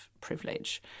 privilege